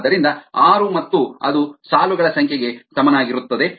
ಆದ್ದರಿಂದ ಆರು ಮತ್ತು ಅದು ಸಾಲುಗಳ ಸಂಖ್ಯೆಗೆ ಸಮನಾಗಿರುತ್ತದೆ